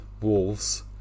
wolves